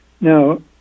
Now